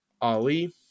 Ali